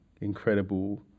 incredible